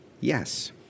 yes